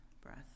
breath